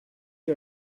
you